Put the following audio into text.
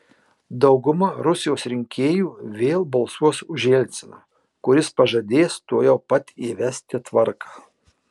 dauguma rusijos rinkėjų vėl balsuos už jelciną kuris pažadės tuojau pat įvesti tvarką